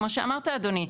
כמו שאמרת אדוני,